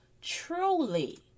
truly